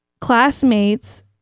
classmates